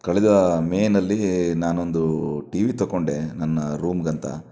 ಕಳೆದ ಮೇನಲ್ಲಿ ನಾನೊಂದು ಟಿವಿ ತಕೊಂಡೆ ನನ್ನ ರೂಮ್ಗಂತ